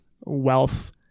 wealth